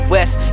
West